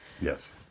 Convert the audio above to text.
yes